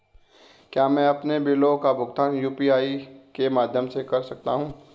क्या मैं अपने बिलों का भुगतान यू.पी.आई के माध्यम से कर सकता हूँ?